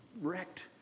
wrecked